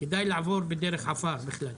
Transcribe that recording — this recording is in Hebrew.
כדאי לעבור בדרך עפר בכלל.